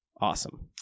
Awesome